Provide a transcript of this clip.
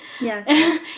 yes